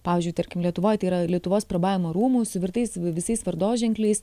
pavyzdžiui tarkim lietuvoj tai yra lietuvos prabavimo rūmų suvirtais visais vardoženkliais